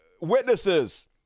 witnesses